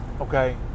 Okay